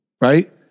right